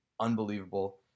unbelievable